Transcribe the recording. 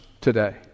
today